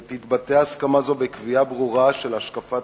והסכמה זו תתבטא בקביעה ברורה של השקפת